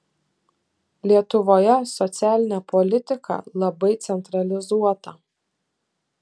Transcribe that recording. lietuvoje socialinė politika labai centralizuota